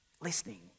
listening